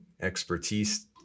expertise